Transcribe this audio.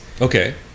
Okay